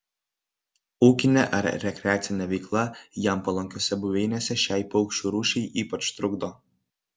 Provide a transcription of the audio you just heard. ūkinė ar rekreacinė veikla jam palankiose buveinėse šiai paukščių rūšiai ypač trukdo